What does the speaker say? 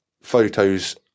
photos